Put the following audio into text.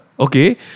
Okay